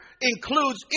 includes